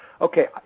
Okay